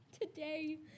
Today